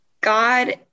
god